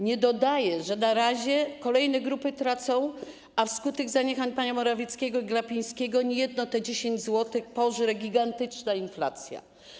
Nie dodaje, że na razie kolejne grupy tracą, a wskutek zaniechań pana Morawieckiego i pana Glapińskiego niejedno 10 zł pożre gigantyczna inflacja.